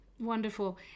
Wonderful